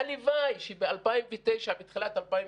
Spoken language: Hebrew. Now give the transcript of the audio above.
הלוואי שב-2009, בתחילת 2009,